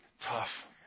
tough